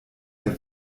der